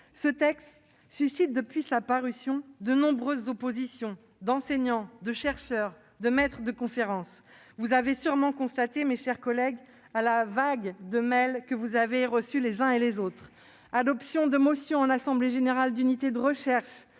Ce texte suscite, depuis sa parution, de nombreuses oppositions de la part d'enseignants, de chercheurs, de maîtres de conférences. Vous l'avez sûrement constaté, mes chers collègues, au vu de la vague de méls que vous avez reçus. Adoption de motions lors d'assemblées générales d'unités de recherche